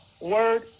word